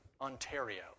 Ontario